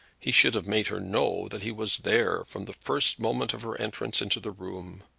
he should have made her know that he was there from the first moment of her entrance into the room.